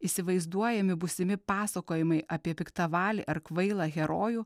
įsivaizduojami būsimi pasakojimai apie piktavalį ar kvailą herojų